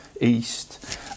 East